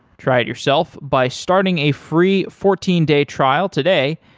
try it yourself by starting a free fourteen day trial today.